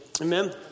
Amen